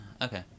okay